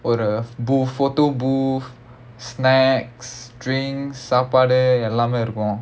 ஒரு:oru booth photobooth snacks drinks சாப்பாடு எல்லாம் இருக்கும்:saapaadu ellaam irukkum